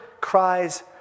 cries